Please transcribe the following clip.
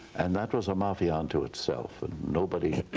and that was a mafia unto itself, and nobody,